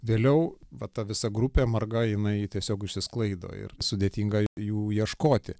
vėliau va ta visa grupė marga jinai tiesiog išsisklaido ir sudėtinga jų ieškoti